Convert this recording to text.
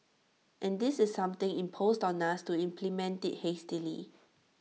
and this is something imposed on us to implement IT hastily